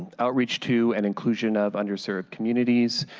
outreach to an occlusion of underserved communities.